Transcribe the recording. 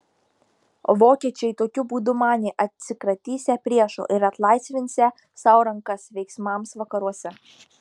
vokiečiai tokiu būdu manė atsikratysią priešo ir atlaisvinsią sau rankas veiksmams vakaruose